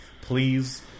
please